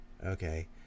okay